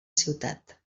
ciutat